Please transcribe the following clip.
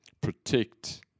protect